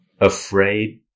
Afraid